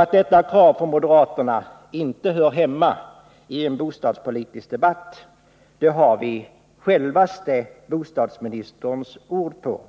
Att detta krav från moderaterna inte hör hemmai en bostadspolitisk debatt har vi självaste bostadsministerns ord på.